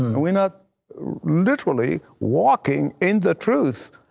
we're not literally walking in the truth.